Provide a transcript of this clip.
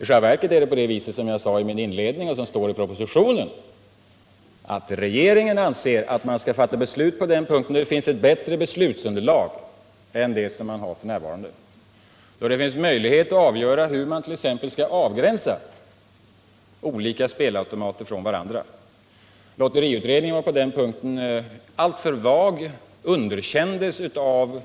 I själva verket är det som jag sade i min inledning och som står i propositionen att regeringen anser att man skall fatta beslut när det finns ett bättre beslutsunderlag än f. n., då det finns möjlighet att avgöra hur man t.ex. skall avgränsa olika spelautomater från varandra. Lotteriutredningen var på den punkten alltför vag och underkändes av